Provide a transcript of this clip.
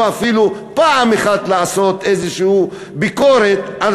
אפילו פעם אחת לעשות איזושהי ביקורת על